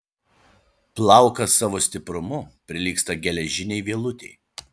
plaukas savo stiprumu prilygsta geležinei vielutei